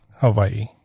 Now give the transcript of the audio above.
Hawaii